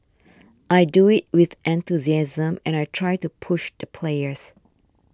I do it with enthusiasm and I try to push the players